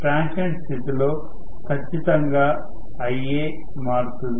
transient స్థితిలో ఖచ్చితంగా మారుతుంది